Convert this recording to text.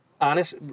Honest